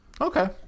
okay